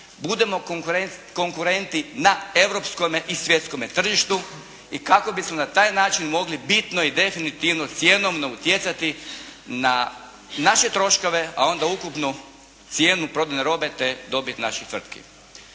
budemo konkurenti na europskome i svjetskome tržištu i kako bismo na taj način mogli bitno i definitivno cjenovno utjecati na naše troškove, a onda ukupnu cijenu prodane robe, te dobit naših tvrtki.